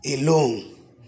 alone